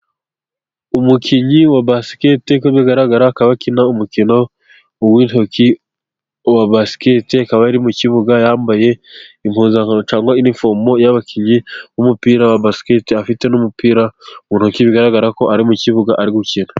Umukinnyi wa basikete uko bigaragara akaba akina umukino w'intoki wa baskete, akaba ari mu kibuga yambaye impuzankano cyangwa inifomu y'abakinnyi b'umupira wa basikete, afite n'umupira mu ntoki, bigaragara ko ari mu kibuga ari gukina.